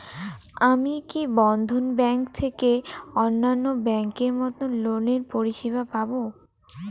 আমি কি বন্ধন ব্যাংক থেকে অন্যান্য ব্যাংক এর মতন লোনের পরিসেবা পাব?